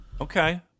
Okay